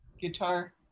guitar